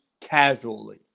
casually